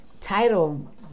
title